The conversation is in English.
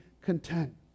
content